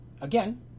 again